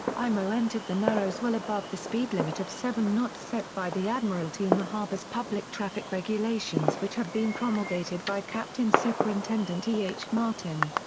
imo entered the narrows well above the speed limit of seven knots set by the admiralty in the harbour's public traffic regulations which had been promulgated by captain superintendent e. h. martin.